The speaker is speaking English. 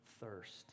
thirst